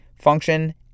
function